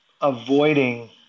avoiding